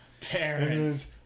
parents